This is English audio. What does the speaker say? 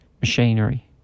machinery